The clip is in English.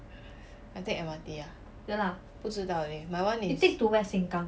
I take M_R_T ah 不知道 leh my [one] is